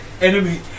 enemy